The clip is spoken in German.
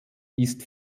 ist